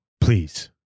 please